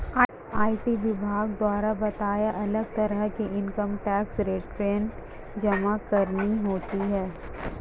IT विभाग द्वारा बताए, अलग तरह के इन्कम टैक्स रिटर्न जमा करने होते है